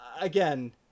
Again